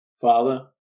Father